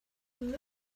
him